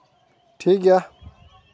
ᱴᱷᱤᱠ ᱜᱮᱭᱟ